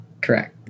Correct